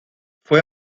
fue